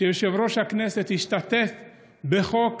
שיושב-ראש הכנסת השתתף בחוק